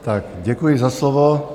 Tak děkuji za slovo.